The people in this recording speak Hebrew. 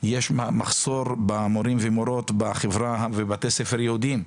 יש מחסור במורים ומורות בחברה ובבתי ספר יהודיים.